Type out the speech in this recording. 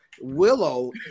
Willow